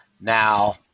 now